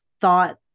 thought